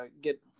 get